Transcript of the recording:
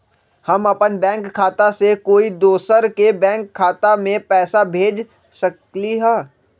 हम अपन बैंक खाता से कोई दोसर के बैंक खाता में पैसा कैसे भेज सकली ह?